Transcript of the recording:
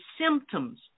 symptoms